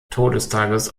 todestages